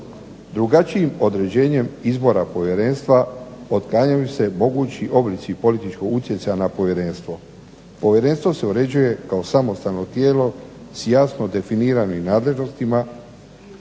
Drugačijim određenjem izbora povjerenstva otklanjanju se mogući oblici političkog utjecaja na povjerenstvo. Povjerenstvo se uređuje kao samostalno tijelo s jasno definiranim nadležnostima,